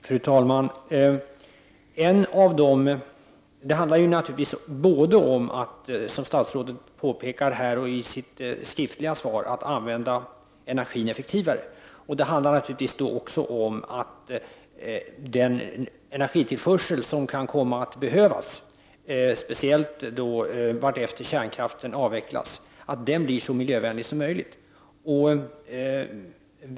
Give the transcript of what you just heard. Fru talman! Det handlar naturligtvis som statsrådet påpekar i sitt skriftliga svar om att använda energin effektivare, men också om att den energitillförsel som kan komma att behövas, speciellt vartefter kärnkraften avvecklas, blir så miljövänlig som möjligt.